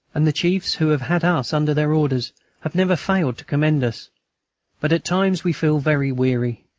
and the chiefs who have had us under their orders have never failed to commend us but at times we feel very weary,